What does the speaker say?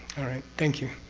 alright. thank you.